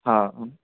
हा हा